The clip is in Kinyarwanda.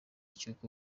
cy’uko